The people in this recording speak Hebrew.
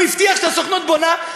הוא הבטיח שהסוכנות בונה,